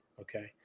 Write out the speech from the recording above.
okay